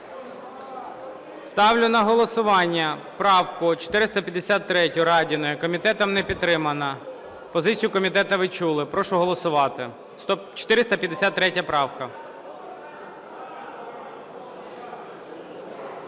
Ставлю на голосування правку 453 Радіної. Комітетом не підтримана. Позицію комітету ви чули. Прошу голосувати. 453 правка.